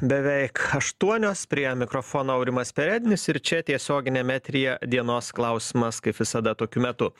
beveik aštuonios prie mikrofono aurimas perednis ir čia tiesioginiam eteryje dienos klausimas kaip visada tokiu metu